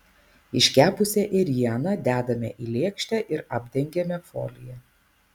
iškepusią ėrieną dedame į lėkštę ir apdengiame folija